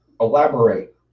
elaborate